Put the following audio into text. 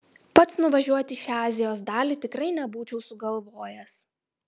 pats nuvažiuoti į šią azijos dalį tikrai nebūčiau sugalvojęs